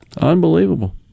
Unbelievable